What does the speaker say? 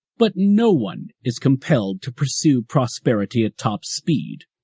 but no one is compelled to pursue prosperity at top speed.